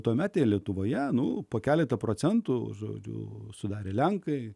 tuomet lietuvoje nu po keletą procentų lozorių sudarė lenkai